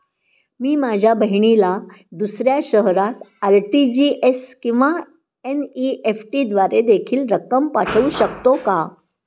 मी माझ्या बहिणीला दुसऱ्या शहरात आर.टी.जी.एस किंवा एन.इ.एफ.टी द्वारे देखील रक्कम पाठवू शकतो का?